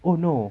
oh no